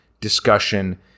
discussion